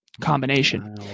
combination